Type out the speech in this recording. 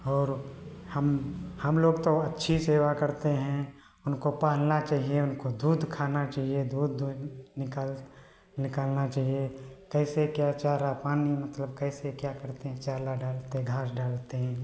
और हम हम लोग तो अच्छी सेवा करते हैं उनको पालना चाहिए उनको दूध खाना चाहिए दूध दुहीं निकाल निकालना चहिए कैसे क्या चारा पानी मतलब कैसे क्या करते हैं चाला डालते घास डालते हैं